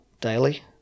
daily